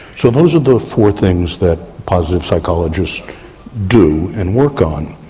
so those are the four things that positive psychologists do and work on.